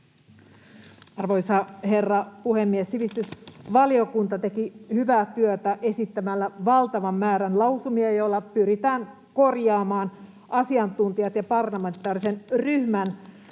Arvoisa herra puhemies! Sivistysvaliokunta teki hyvää työtä esittämällä valtavan määrän lausumia, joilla pyritään korjaamaan asiantuntijoiden ja parlamentaarisen ryhmän